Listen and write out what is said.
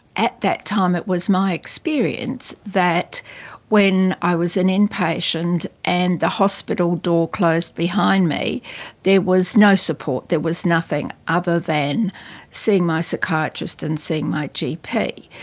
at that time it was my experience that when i was an impatient and the hospital door closed behind me there was no support, there was nothing other than seeing my psychiatrist and seeing my gp.